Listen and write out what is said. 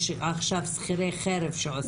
יש עכשיו שכירי חרב שעושים זאת.